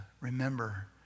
remember